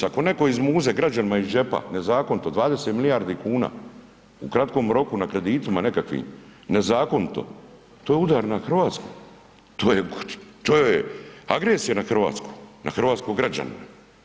Ako netko izmuze građanima iz džepa nezakonito 20 milijardi kuna u kratkom roku na kreditima nekakvim, nezakonito, to je udar na Hrvatsku, to je agresija na Hrvatsku, na hrvatskog građana.